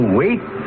wait